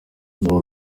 naho